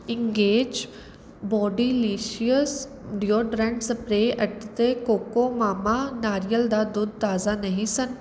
engage Bodylicious deodorant spray ਅਤੇ Cocomama ਨਾਰੀਅਲ ਦਾ ਦੁੱਧ ਤਾਜ਼ਾ ਨਹੀਂ ਸਨ